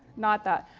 not that.